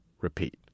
Repeat